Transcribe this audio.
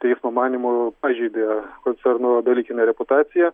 teismo manymu pažeidė koncerno dalykinę reputaciją